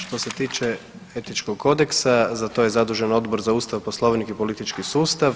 Što se tiče etičkog kodeksa za to je zadužen Odbor za ustav, Poslovnik i politički sustav.